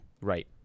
Right